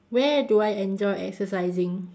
where do I enjoy exercising